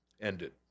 ended